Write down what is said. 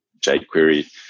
jQuery